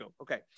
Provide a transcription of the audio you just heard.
okay